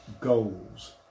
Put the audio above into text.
goals